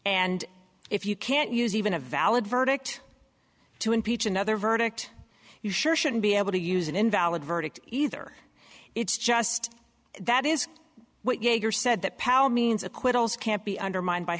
and if you can't use even a valid verdict to impeach another verdict you sure shouldn't be able to use an invalid verdict either it's just that is what jaeger said that power means acquittals can't be undermined by